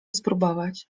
spróbować